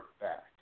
back